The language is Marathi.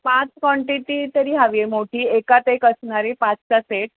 पाच क्वांटिटी तरी हवी आहे मोठी एकातएक असणारे पाचचा सेट